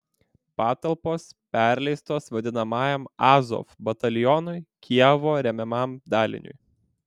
patalpos perleistos vadinamajam azov batalionui kijevo remiamam daliniui